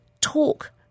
talk